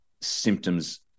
symptoms